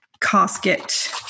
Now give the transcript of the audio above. casket